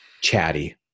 chatty